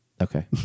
Okay